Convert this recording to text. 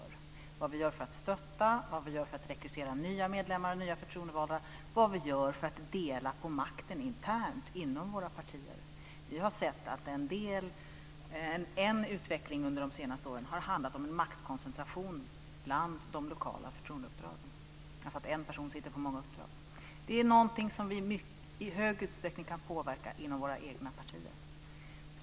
Det handlar om vad vi gör för att stötta och rekrytera nya medlemmar, nya förtroendevalda, och vad vi gör för att dela på makten internt inom våra partier. Vi har sett att en utveckling under de senaste åren har handlat om en maktkoncentration bland de lokala förtroendeuppdragen, om att en person sitter på många uppdrag. Det är någonting som vi i stor utsträckning kan påverka inom våra egna partier.